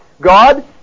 God